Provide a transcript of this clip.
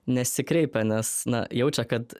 nesikreipia nes na jaučia kad